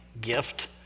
gift